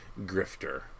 grifter